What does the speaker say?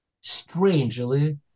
strangely